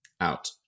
out